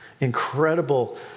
incredible